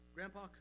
Grandpa